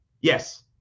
Yes